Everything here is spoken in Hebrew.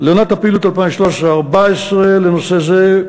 לעונת הפעילות 2013 2014 לנושא זה,